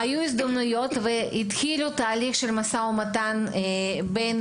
היו הזדמנויות והתחיל תהליך משא ומתן בין